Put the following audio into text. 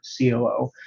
COO